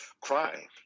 crime